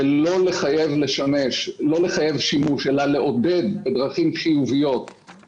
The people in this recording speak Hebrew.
ולא לחייב שימוש אלא לעודד שימוש בדרכים חיוביות.